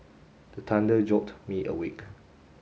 the thunder jolt me awake